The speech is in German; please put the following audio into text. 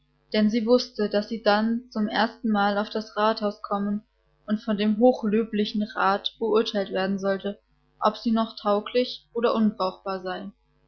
denn sie wußte daß sie dann zum erstenmal auf das rathaus kommen und von dem hochlöblichen rat beurteilt werden sollte ob sie noch tauglich oder unbrauchbar sei